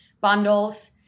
bundles